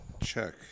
check